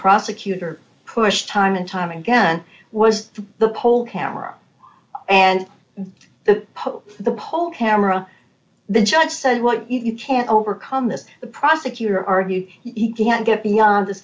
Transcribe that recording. prosecutor pushed time and time again was the poll camera and the pope the poll camera the judge said what you can't overcome this the prosecutor argued he can't get beyond th